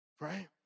Right